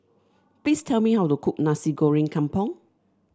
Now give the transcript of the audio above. please tell me how to cook Nasi Goreng Kampung